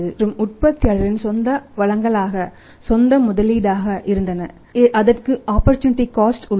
மற்றும் உற்பத்தியாளரின் சொந்த வளங்களாக சொந்த முதலீடாக இருந்தன அதற்கு ஆப்பர்சூனிட்டி காஸ்ட் உள்ளது